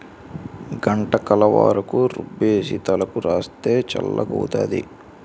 గుంటకలవరాకు రుబ్బేసి తలకు రాస్తే చల్లగౌతాది